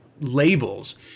labels